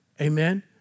Amen